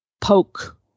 poke